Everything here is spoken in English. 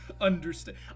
understand